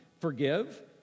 Forgive